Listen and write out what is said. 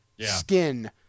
skin